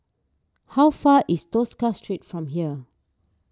how far away is Tosca Street from here